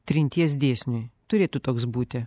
trinties dėsniui turėtų toks būti